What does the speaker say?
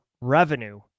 revenue